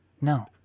No